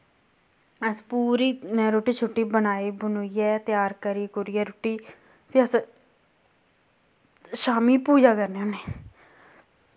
अस पूरी रुट्टी शुट्टी बनाई बनुईयै त्यार करी कुरियै रुट्टी फ्ही अस शाम्मी पूजा करने होन्ने